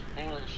English